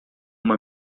uma